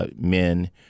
Men